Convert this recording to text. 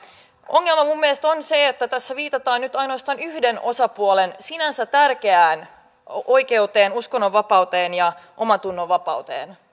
ongelma minun mielestäni on se että tässä viitataan nyt ainoastaan yhden osapuolen sinänsä tärkeään oikeuteen uskonnonvapauteen ja omantunnonvapauteen